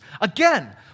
Again